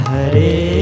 Hare